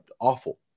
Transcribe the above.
awful